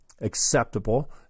acceptable